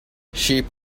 sheep